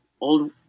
old